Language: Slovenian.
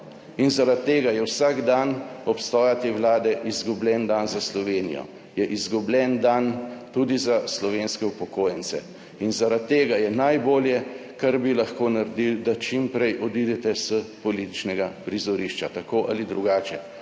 In zaradi tega je vsak dan obstoja te Vlade izgubljen dan za Slovenijo, je izgubljen dan tudi za slovenske upokojence in zaradi tega je najbolje, kar bi lahko naredili, da čim prej odidete s političnega prizorišča tako ali drugače,